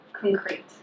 concrete